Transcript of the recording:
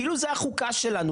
כאילו זה החוקה שלנו,